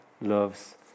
loves